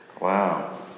wow